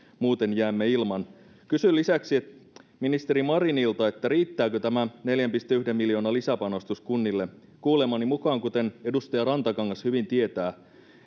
muuten jäämme ilman kysyn lisäksi ministeri marinilta riittääkö tämä neljän pilkku yhden miljoonan lisäpanostus kunnille kuulemani mukaan kuten edustaja rantakangas hyvin tietää